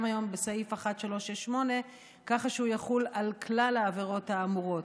היום בסעיף 368ו כך שהוא יחול על כלל העבירות האמורות.